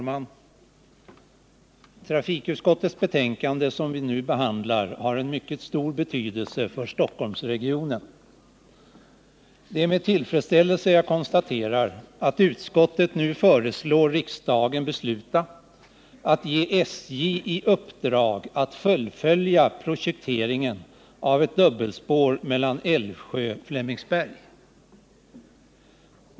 Herr talman! Det betänkande från trafikutskottet som vi nu behandlar har mycket stor betydelse för Stockholmsregionen. Det är med tillfredsställelse jag konstaterar att utskottet nu föreslår riksdagen besluta att ge SJ i uppdrag att fullfölja projekteringen av ett dubbelspår mellan Älvsjö och Flemingsberg.